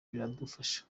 biradufasha